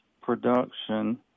production